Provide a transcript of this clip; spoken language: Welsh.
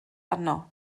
arno